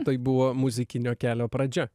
tai buvo muzikinio kelio pradžia